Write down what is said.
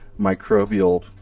microbial